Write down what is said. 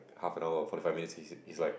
half an hour forty five minutes is is like